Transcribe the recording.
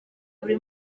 buri